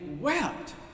wept